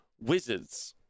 Wizards